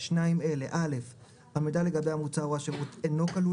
שניים אלה: (א) המידע לגבי המוצר או השירות אינו כלול